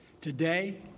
Today